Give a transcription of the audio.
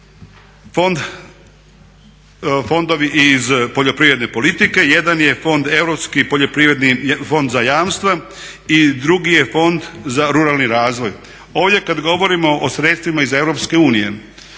fonda, fondovi iz poljoprivredne politike. Jedan je fond europski poljoprivredni Fond za jamstva i drugi je Fond za ruralni razvoj. Ovdje kada govorimo o sredstvima iz